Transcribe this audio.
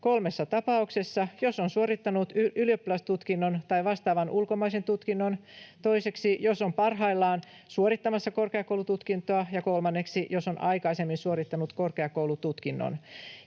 kolmessa tapauksessa: 1) jos on suorittanut ylioppilastutkinnon tai vastaavan ulkomaisen tutkinnon, 2) jos on parhaillaan suorittamassa korkeakoulututkintoa ja 3) jos on aikaisemmin suorittanut korkeakoulututkinnon.